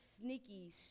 sneaky